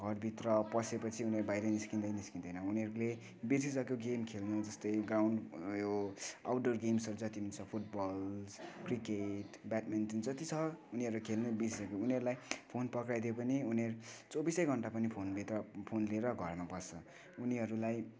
घरभित्र पसेपछि उनीहरू बाहिरै निस्किदै निस्किँदैन उनीहरूले बिर्सिसक्यो गेम खेल्न जस्तै गाउन्ड यो आउटडुवर गेम्सहरू जति पनि छ फुटबल क्रिकेट ब्याडमिन्टन जति छ उनीहरूले खेल्न बिर्सिसक्यो उनीहरूलाई फोन पक्राइदियो पनि उनीहरू चौबिसै घन्टा पनि फोनभित्र फोन लिएर घरमा बस्छ उनीहरूलाई